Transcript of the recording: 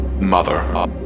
mother